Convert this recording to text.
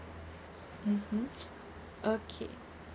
mmhmm okay